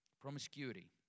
Promiscuity